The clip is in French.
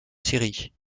série